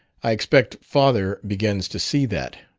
i expect father begins to see that,